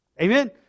Amen